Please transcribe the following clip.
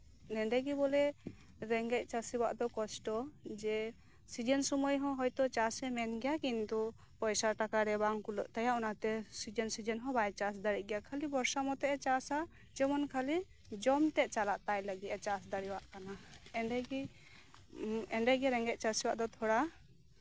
ᱱᱚᱰᱮᱜᱮ ᱵᱚᱞᱮ ᱨᱮᱸᱜᱮᱡ ᱪᱟᱹᱥᱤᱭᱟᱜ ᱫᱚ ᱠᱚᱥᱴᱚ ᱡᱮ ᱥᱤᱡᱮᱱ ᱥᱚᱢᱚᱭ ᱦᱚᱸ ᱦᱚᱭᱛᱚ ᱪᱟᱥ ᱮ ᱢᱮᱱ ᱜᱮᱭᱟ ᱠᱤᱱᱛᱩ ᱯᱚᱭᱥᱟ ᱴᱟᱠᱟᱨᱮ ᱵᱟᱝ ᱠᱩᱞᱟᱹᱜ ᱛᱟᱭᱟ ᱚᱱᱟᱛᱮ ᱥᱤᱡᱮᱱ ᱥᱤᱡᱮᱱ ᱦᱚᱸ ᱵᱟᱭ ᱪᱟᱥ ᱫᱟᱲᱮᱜ ᱜᱮᱭᱟ ᱠᱷᱟᱹᱞᱤ ᱵᱚᱨᱥᱟ ᱢᱚᱛᱚᱜ ᱮ ᱪᱟᱥᱼᱟ ᱡᱮᱢᱚᱱ ᱠᱷᱟᱹᱞᱤ ᱡᱚᱢ ᱛᱮᱜ ᱪᱟᱞᱟᱜ ᱛᱟᱭ ᱞᱟᱹᱜᱤᱫ ᱪᱟᱥ ᱫᱟᱲᱮᱭᱟᱜ ᱠᱟᱱᱟ ᱮᱢᱱᱰᱮᱜᱮ ᱨᱮᱸᱜᱮᱡ ᱪᱟᱹᱥᱤᱭᱟᱜ ᱫᱚ ᱛᱷᱚᱲᱟ